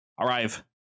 arrive